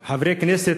עוד חברי כנסת,